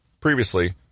Previously